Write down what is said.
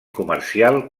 comercial